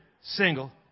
single